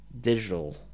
digital